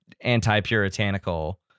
Anti-puritanical